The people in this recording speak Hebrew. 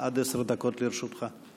עד עשר דקות לרשותך.